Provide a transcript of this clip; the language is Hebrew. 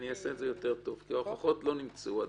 אני אעשה את זה יותר טוב כי הוכחות לא נמצאו עדין.